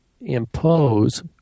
impose—